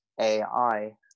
ai